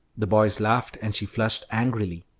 the boys laughed, and she flushed angrily.